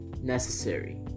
necessary